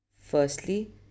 Firstly